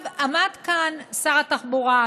עמד כאן שר התחבורה.